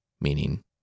meaning